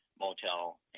motel